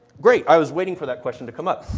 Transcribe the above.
great, i was waiting for that question to come up.